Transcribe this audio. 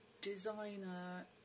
designer